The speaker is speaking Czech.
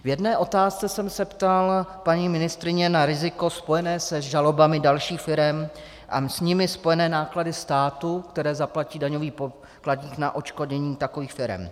V jedné otázce jsem se ptal paní ministryně na riziko spojené se žalobami dalších firem a s nimi spojené náklady státu, které zaplatí daňový poplatník na odškodnění takových firem.